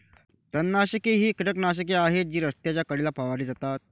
तणनाशके ही कीटकनाशके आहेत जी रस्त्याच्या कडेला फवारली जातात